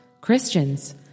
Christians